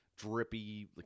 drippy